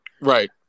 Right